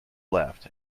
left